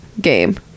game